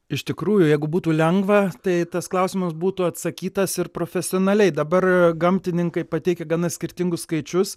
iš tikrųjų jeigu būtų lengva tai tas klausimas būtų atsakytas ir profesionaliai dabar gamtininkai pateikia gana skirtingus skaičius